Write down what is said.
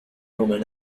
roman